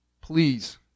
please